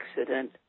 accident